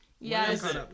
Yes